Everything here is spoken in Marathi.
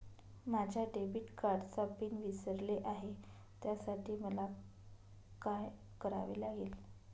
माझ्या डेबिट कार्डचा पिन विसरले आहे त्यासाठी मला काय करावे लागेल?